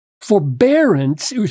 Forbearance